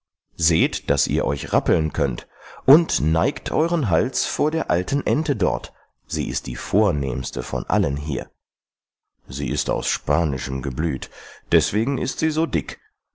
seht daß ihr euch rappeln könnt und neigt euren hals vor der alten ente dort sie ist die vornehmste von allen hier sie ist aus spanischem geblüt deswegen ist sie so dick